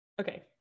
Okay